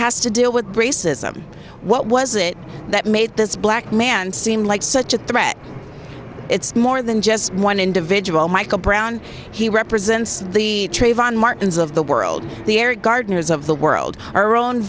has to deal with braces i'm what was it that made this black man seem like such a threat it's more than just one individual michael brown he represents the trayvon martin's of the world the air gardners of the world our own